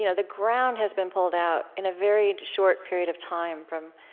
you know the ground has been pulled out, in a very short period of time, from